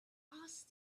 ask